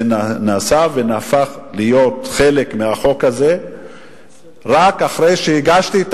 זה נעשה ונהפך להיות חלק מהחוק הזה רק אחרי שהגשתי את